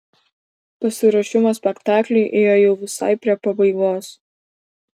pasiruošimas spektakliui ėjo jau visai prie pabaigos